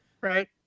Right